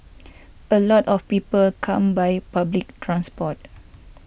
a lot of people come by public transport